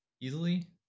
easily